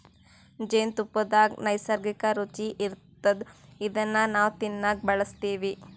ಜೇನ್ತುಪ್ಪದಾಗ್ ನೈಸರ್ಗಿಕ್ಕ್ ರುಚಿ ಇರ್ತದ್ ಇದನ್ನ್ ನಾವ್ ತಿನ್ನಕ್ ಬಳಸ್ತಿವ್